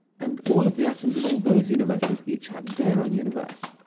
and all of the atoms in all those universes each had their own universe,